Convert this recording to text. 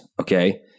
Okay